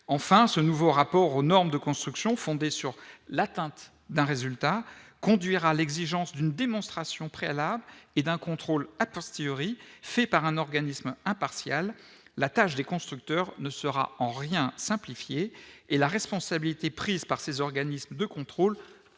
enfin, ce nouveau rapport aux normes de construction fondée sur l'atteinte d'un résultat conduira l'exigence d'une démonstration préalables et d'un contrôle atroce tuerie fait par un organisme impartial, la tâche des constructeurs ne sera en rien simplifié et la responsabilité prise par ces organismes de contrôle